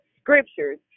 scriptures